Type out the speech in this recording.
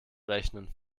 rechnen